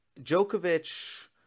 Djokovic